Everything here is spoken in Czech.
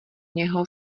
něho